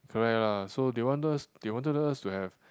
correct lah so they want us they wanted us to have